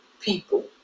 people